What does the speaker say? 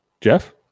Jeff